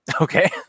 Okay